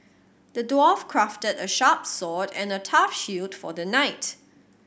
the dwarf crafted a sharp sword and a tough shield for the knight